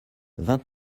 vingt